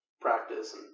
practice